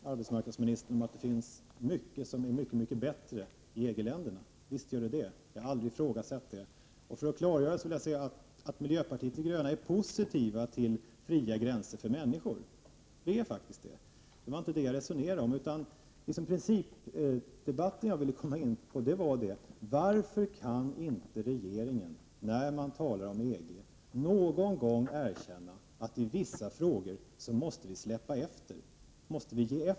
Herr talman! Jag håller med arbetsmarknadsministern om att det finns | mycket som är bättre i EG-länderna. Jag har aldrig ifrågasatt det. För att klargöra detta vill jag säga att vi inom miljöpartiet är positiva till fria gränser för människor. Vi är faktiskt positiva till det. Men det var inte detta jag resonerade om. Den principdebatt jag vill komma in på gäller varför regeringen inte kan, när man talar om EG, någon gång erkänna att i vissa frågor måste vi ge efter.